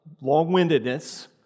long-windedness